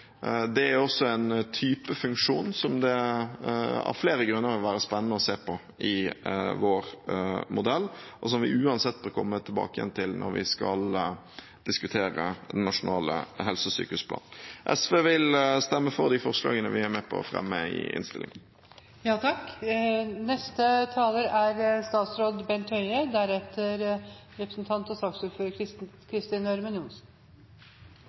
Det er også en type funksjon som det av flere grunner vil være spennende å se på i vår modell, og som vi uansett bør komme tilbake til når vi skal diskutere den nasjonale helse- og sykehusplanen. SV vil stemme for de forslagene vi er med på å fremme i